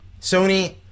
Sony